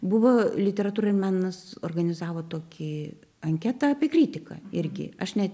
buvo literatūra ir menas organizavo tokį anketą apie kritiką irgi aš ne